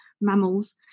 mammals